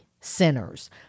centers